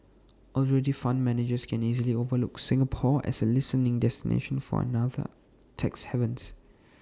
already fund managers can easily overlook Singapore as A listening destination for another tax havens